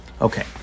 Okay